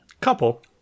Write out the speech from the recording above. Couple